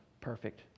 perfect